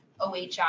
OHI